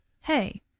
hey